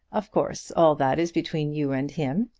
of course all that is between you and him,